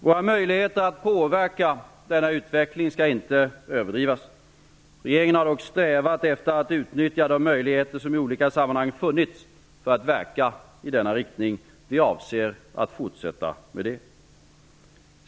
Våra möjligheter att påverka denna utveckling skall icke överdrivas. Regeringen har dock strävat efter att utnyttja de möjligheter som i olika sammanhang funnits för att verka i denna riktning. Vi avser att på olika sätt fortsätta det arbetet.